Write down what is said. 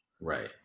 right